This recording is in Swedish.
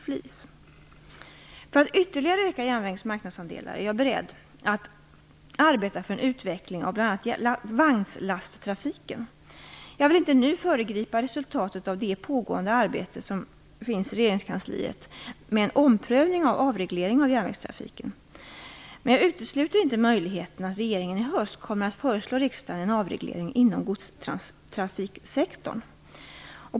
För att ytterligare öka järnvägens marknadsandelar är jag beredd att arbeta för en utveckling av bl.a. vagnslasttrafiken. Jag vill inte nu föregripa resultatet av det arbete som pågår inom regeringskansliet med en omprövning av avregleringen av järnvägstrafiken. Men jag utesluter inte möjligheten att regeringen i höst kommer att föreslå riksdagen en avreglering inom godstrafiksektorn.